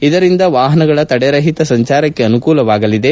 ಇದರಿಂದ ವಾಹನಗಳ ತಡೆರಹಿತ ಸಂಚಾರಕ್ಕೆ ಅನುಕೂಲವಾಗಲಿದೆ